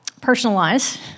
personalize